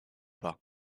pas